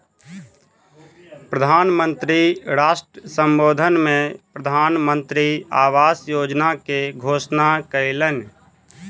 प्रधान मंत्री राष्ट्र सम्बोधन में प्रधानमंत्री आवास योजना के घोषणा कयलह्नि